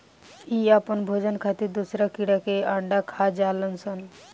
इ आपन भोजन खातिर दोसरा कीड़ा के अंडा खा जालऽ सन